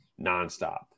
nonstop